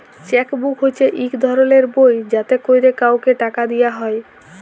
cheque book হছে ইক ধরলের বই যাতে ক্যরে কাউকে টাকা দিয়া হ্যয়